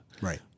right